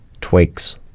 twigs